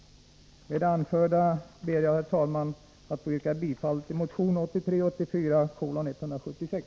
Med det anförda ber jag, herr talman, att få yrka bifall till motion 1983/84:176.